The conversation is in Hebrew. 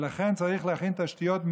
לכן צריך להכין תשתיות,